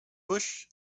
bush